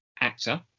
actor